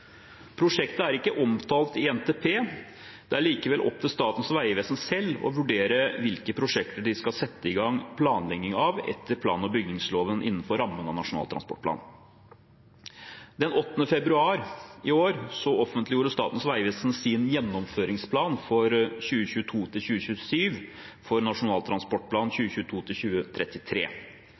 Prosjektet er ikke omtalt i NTP. Det er likevel opp til Statens vegvesen selv å vurdere hvilke prosjekter de skal sette i gang planlegging av etter plan- og byggingsloven innenfor rammene av Nasjonal transportplan. Den 8. februar i år offentliggjorde Statens vegvesen sin gjennomføringsplan for 2022–2027 for Nasjonal transportplan